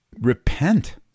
repent